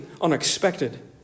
unexpected